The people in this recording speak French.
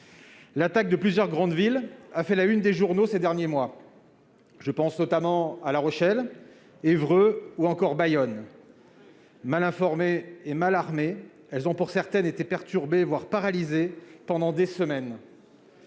L'attaque de plusieurs grandes villes a fait la une des journaux ces derniers mois : je pense notamment à La Rochelle, Évreux ou encore Bayonne. Mal informées et mal armées, elles ont pour certaines été perturbées, voire paralysées pendant des semaines.